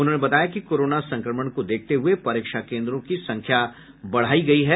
उन्होंने बताया कि कोरोना संक्रमण को देखते हये परीक्षा केन्द्रों की संख्या बढ़ाई गयी है